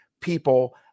people